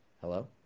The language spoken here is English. Hello